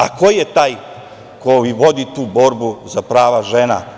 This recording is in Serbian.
A, ko je taj koji vodi tu borbu za prava žena?